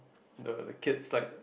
the the kids like